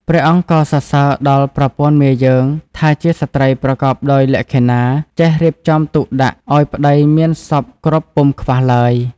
ព្រះអង្គក៏សរសើរដល់ប្រពន្ធមាយើងថាជាស្រីប្រកបដោយលក្ខិណាចេះរៀបចំទុកដាក់ឱ្យប្តីមានសព្វគ្រប់ពុំខ្វះឡើយ។